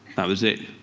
that was it.